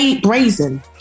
Brazen